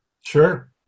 Sure